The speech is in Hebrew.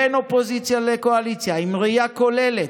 בין אופוזיציה לקואליציה, עם ראייה כוללת,